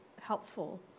helpful